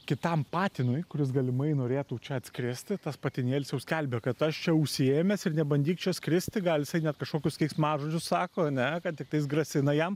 kitam patinui kuris galimai norėtų čia atskristi tas patinėlis jau skelbia kad aš čia užsiėmęs ir nebandyk čia skristi gal jisai net kažkokius keiksmažodžius sako ane kad tiktais grasina jam